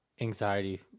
anxiety